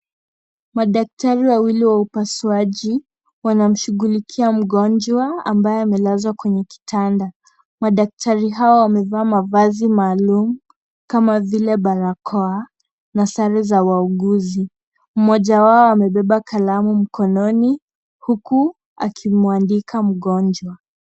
Madaktari wawili wa upasuaji wanamshughulikia mgonjwa ambaye amelazwa kwenye kitanda. Madaktari hao wamevaa mavazi maalum kama vile barakoa na sare za wauguzi. Mmoja wao amebeba kalamu mkononi huku akimwandika mgonjwa.